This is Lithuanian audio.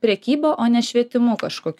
prekyba o ne švietimu kažkokiu